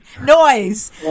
noise